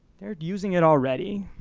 they're using it already.